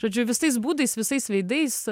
žodžiu visais būdais visais veidais